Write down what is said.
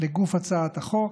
לגוף הצעת החוק.